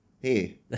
hey